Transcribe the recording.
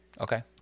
Okay